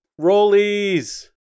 Rollies